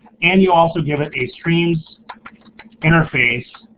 and you also give it a streams interface